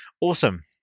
Awesome